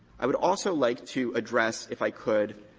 i would also like to address, if i could,